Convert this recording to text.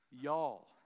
y'all